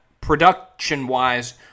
production-wise